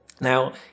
Now